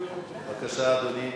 בבקשה, אדוני.